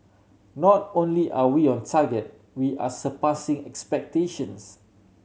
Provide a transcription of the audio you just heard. not only are we on target we are surpassing expectations